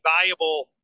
valuable